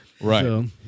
Right